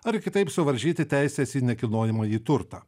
ar kitaip suvaržyti teises į nekilnojamąjį turtą